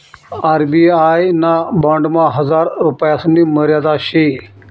RBI ना बॉन्डमा हजार रुपयासनी मर्यादा शे